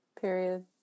Period